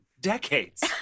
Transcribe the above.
decades